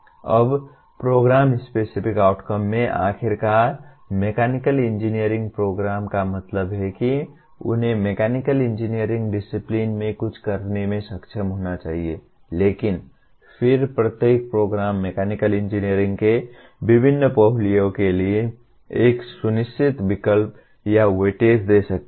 अब program specific outcome में आख़िरकार मैकेनिकल इंजीनियरिंग प्रोग्राम का मतलब है कि उन्हें मैकेनिकल इंजीनियरिंग डिसिप्लिन में कुछ करने में सक्षम होना चाहिए लेकिन फिर प्रत्येक प्रोग्राम मैकेनिकल इंजीनियरिंग के विभिन्न पहलुओं के लिए कुछ निश्चित विकल्प या वेटेज दे सकता है